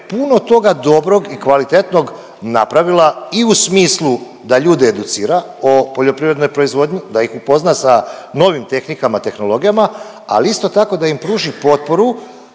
puno toga dobrog i kvalitetnog napravila i u smislu da ljude educira o poljoprivrednoj proizvodnji, da ih upozna sa novim tehnikama, tehnologija, ali isto tako da im pruži potporu